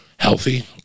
healthy